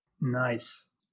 nice